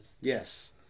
Yes